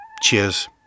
Cheers